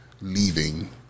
leaving